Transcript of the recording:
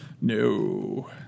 No